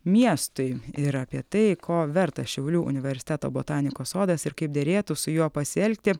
miestui ir apie tai ko vertas šiaulių universiteto botanikos sodas ir kaip derėtų su juo pasielgti